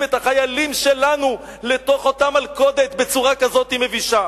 את החיילים שלנו לתוך אותה מלכודת בצורה כזאת מבישה.